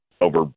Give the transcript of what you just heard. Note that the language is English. over